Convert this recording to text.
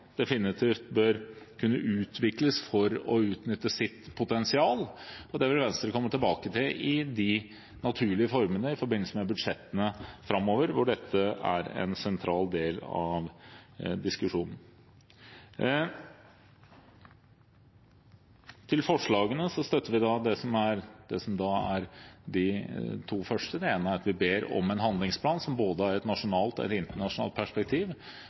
definitivt bør kunne utvikles for å utnytte sitt potensial, og det vil Venstre komme tilbake til i naturlige former i forbindelse med budsjettene framover, hvor dette er en sentral del av diskusjonen. Til forslagene til vedtak: Vi støtter de to første. Det ene er at vi ber om en handlingsplan i et både nasjonalt og internasjonalt perspektiv.